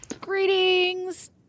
Greetings